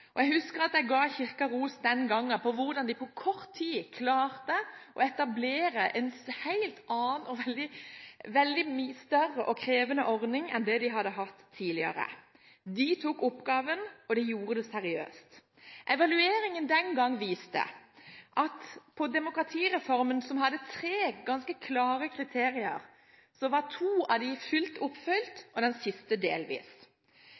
Jeg husker at jeg ga Kirken ros den gang for hvordan de på kort tid klarte å etablere en helt annen og veldig mye større og krevende ordning enn det de hadde hatt tidligere. De tok oppgaven, og de gjorde det seriøst. Evalueringen den gang viste at for demokratireformen, som hadde tre ganske klare kriterier, var to av dem fullt oppfylt og den siste delvis.